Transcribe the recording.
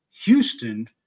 Houston